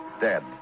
dead